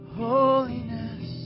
holiness